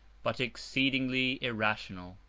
but exceedingly irrational.